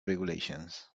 regulations